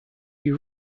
you